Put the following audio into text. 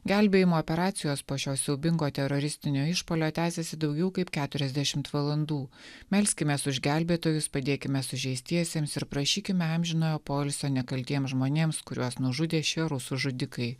gelbėjimo operacijos po šio siaubingo teroristinio išpuolio tęsėsi daugiau kaip keturiasdešimt valandų melskimės už gelbėtojus padėkime sužeistiesiems ir prašykime amžinojo poilsio nekaltiems žmonėms kuriuos nužudė šie rusų žudikai